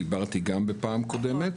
דיברתי גם בפעם הקודמת.